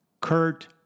Kurt